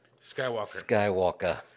Skywalker